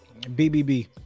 BBB